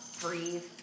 breathe